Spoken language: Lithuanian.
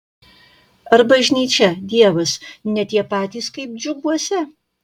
ar bažnyčia dievas ne tie patys kaip džiuguose